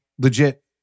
Legit